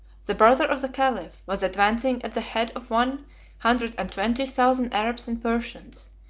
the brother of the caliph, was advancing at the head of one hundred and twenty thousand arabs and persians,